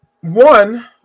One